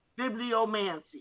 Bibliomancy